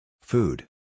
Food